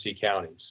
counties